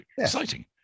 Exciting